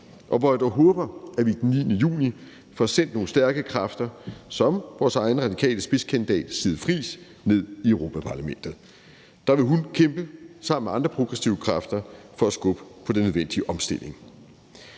og hvor jeg dog håber, at vi den 9. juni får sendt nogle stærke kræfter som vores egen radikale spidskandidat, Sigrid Friis, ned i Europa-Parlamentet. Der vil hun kæmpe sammen med andre positive kræfter for at skubbe på den nødvendige omstilling.